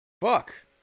Fuck